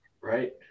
Right